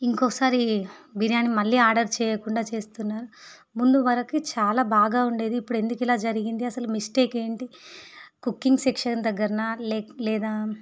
ఇంకొకసారి బిర్యానీ మళ్ళీ ఆర్డర్ చేయకుండా చేస్తున్నారు ముందువరకి చాలా బాగా ఉండేది ఇప్పుడు ఎందుకిలా జరిగింది అస్సలు మిస్టేక్ ఏంటి కుకింగ్ సెక్షన్ దగ్గరనా లేక్ లేదా